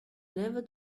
never